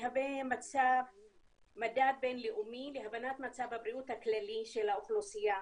מהווה מדד בינלאומי להבנת מצב הבריאות הכללי של האוכלוסייה.